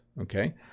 okay